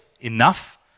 enough